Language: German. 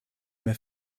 mehr